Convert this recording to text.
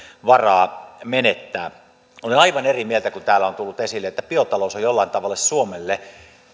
varaa menettää olen aivan eri mieltä kun täällä on tullut esille että biotalous on jollain tavalla suomelle